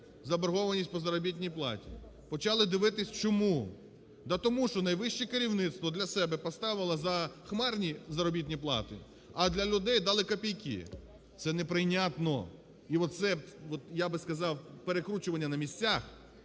заборгованість по заробітній платі, почали дивитися, чому. Та тому що найвище керівництво для себе поставило захмарні заробітні плати, а для людей дали копійки. Це не прийнятно. І оце, я би сказав, перекручування на місцях